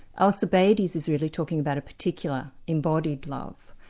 alcibiades is is really talking about a particular embodied love.